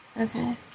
Okay